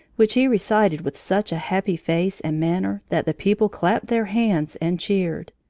which he recited with such a happy face and manner that the people clapped their hands and cheered.